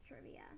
trivia